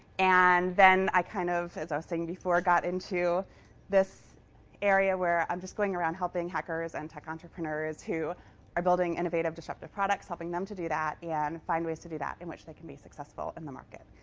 and then i kind of, as i was saying before, got into this area where i'm just going around helping hackers and tech entrepreneurs who are building innovative, disruptive products helping them to do that yeah and find ways to do that in which they can be successful in the market.